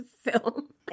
film